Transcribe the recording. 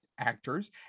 Actors